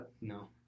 No